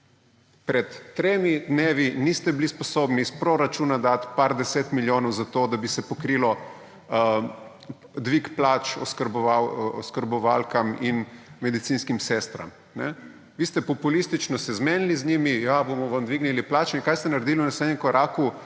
Pred tremi dnevi niste bili sposobni iz proračuna dati nekaj 10 milijonov za to, da bi se pokrilo dvig plač oskrbovalkam in medicinskim sestram. Vi ste se z njimi populistično zmenili, ja, vam bomo dvignili plače. In kaj ste naredili v naslednjem koraku?